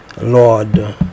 Lord